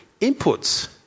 inputs